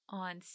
on